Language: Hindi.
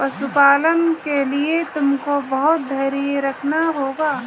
पशुपालन के लिए तुमको बहुत धैर्य रखना होगा